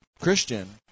Christian